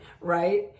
right